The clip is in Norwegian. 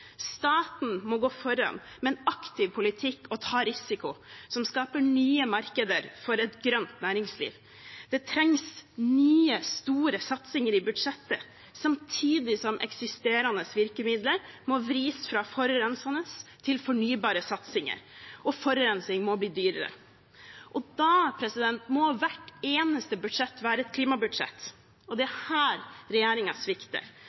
Staten må gå foran med en aktiv politikk og ta risiko som skaper nye markeder for et grønt næringsliv. Det trengs nye, store satsinger i budsjettet samtidig som eksisterende virkemidler må vris fra forurensende til fornybare satsinger, og forurensning må bli dyrere. Da må hvert eneste budsjett være et klimabudsjett. Det er her regjeringen svikter,